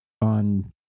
on